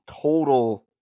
Total